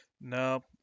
no